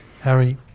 Harry